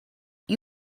you